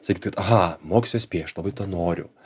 sakyt kad aha mokysiuos piešt labai to noriu